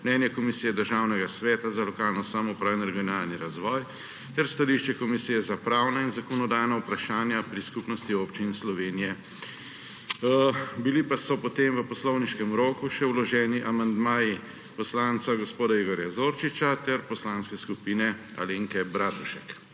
mnenje Komisije Državnega sveta za lokalno samoupravo in regionalni razvoj ter stališče Komisije za pravna in zakonodajna vprašanja pri Skupnosti občin Slovenije. V poslovniškem roku so bili potem vloženi še amandmaji poslanca gospoda Igorja Zorčiča ter Poslanske skupine Stranke Alenke Bratušek.